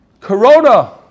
Corona